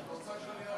את רוצה שאני,